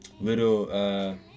Little